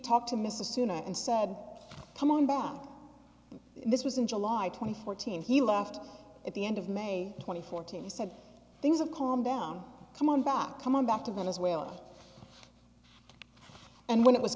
talked to mrs suna and said come on back and this was in july twenty fourth team he left at the end of may twenty fourth and he said things have calmed down come on back come on back to venezuela and when it was